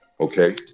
okay